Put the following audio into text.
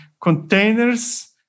containers